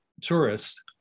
tourists